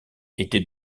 était